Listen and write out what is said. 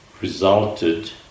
resulted